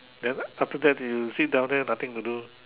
then after that you sit down there nothing to do